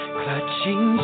clutching